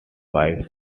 five